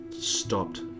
stopped